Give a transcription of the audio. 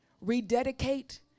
Rededicate